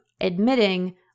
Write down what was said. admitting